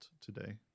today